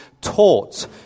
taught